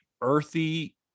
earthy